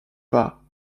pas